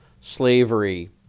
slavery